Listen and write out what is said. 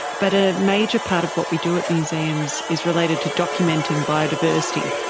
but a major part of what we do at museums is related to documenting biodiversity.